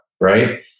right